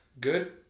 good